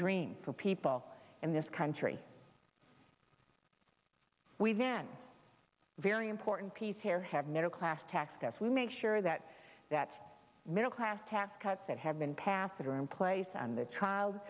dream for people in this country we then very important piece here have middle class tax cuts we make sure that that middle class tax cuts that have been passed that are in place and the child